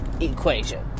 equation